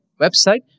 website